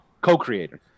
Co-creator